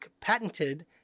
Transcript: patented